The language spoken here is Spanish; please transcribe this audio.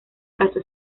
casó